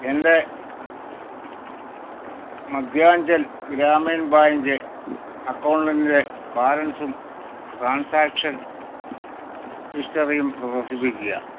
എൻ്റെ മദ്ധ്യാഞ്ചൽ ഗ്രാമീൺ ബാങ്ക് അക്കൗണ്ടിൻ്റെ ബാലൻസും ട്രാൻസാക്ഷൻ ഹിസ്റ്ററിയും പ്രദർശിപ്പിക്കുക